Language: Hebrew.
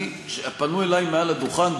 פנו אלי מעל הדוכן,